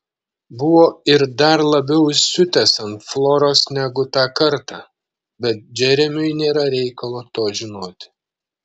buvo ir dar labiau įsiutęs ant floros negu tą kartą bet džeremiui nėra reikalo to žinoti